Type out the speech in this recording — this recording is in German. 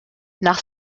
nach